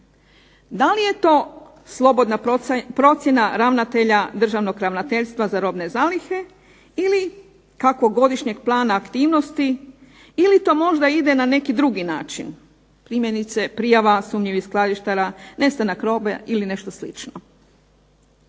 Da li je to slobodna procjena ravnatelja Državnog ravnateljstva za robne zalihe ili kakvog godišnjeg plana aktivnosti ili to možda ide na neki drugi način primjerice prijava sumnjivih skladištara, nestanak robe ili nešto slično.